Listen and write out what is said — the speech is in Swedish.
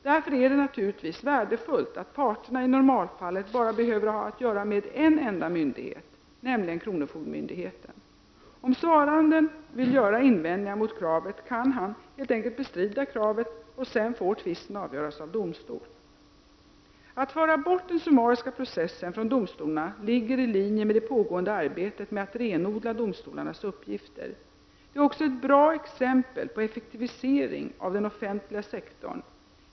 Därför är det naturligtvis värdefullt att parterna i nor malfallet bara behöver ha att göra med en enda myndighet, nämligen kronofogdemyndigheten. Om svaranden vill göra invändningar mot kravet kan han helt enkelt bestrida kravet, och sedan får tvisten avgöras vid domstol. Att föra bort den summariska processen från domstolarna ligger i linje med det pågående arbetet att renodla domstolarnas uppgifter. Det är också ett bra exempel på effektivisering av den offentliga sektorn.